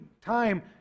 time